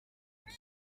yiki